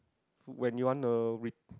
when you want to re~